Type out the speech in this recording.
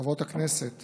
חברות הכנסת